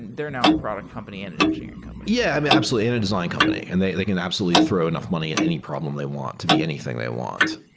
they're now a product company and an engineering company. yeah. i mean, absolutely, and a design company, and they they can absolutely throw enough money at any problem they want to be anything they want.